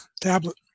tablet